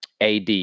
AD